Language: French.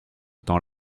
temps